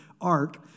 ark